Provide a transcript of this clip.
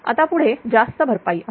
आता पुढे जास्त भरपाई आहे